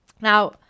Now